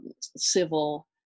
civil